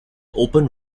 open